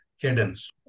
cadence